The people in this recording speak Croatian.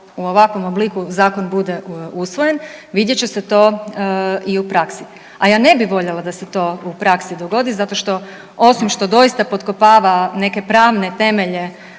u ovakvom obliku zakon bude usvojen vidjet će se to i u praksi, a ja ne bih voljela da se to u praksi dogodi zato što osim što doista potkopava neke pravne temelje